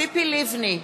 ציפי לבני,